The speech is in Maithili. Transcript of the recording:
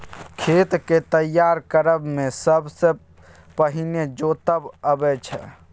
खेत केँ तैयार करब मे सबसँ पहिने जोतब अबै छै